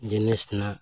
ᱡᱤᱱᱤᱥ ᱨᱮᱱᱟᱜ